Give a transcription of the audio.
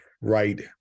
right